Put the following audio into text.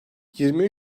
yirmi